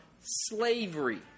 slavery